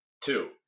Two